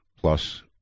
plus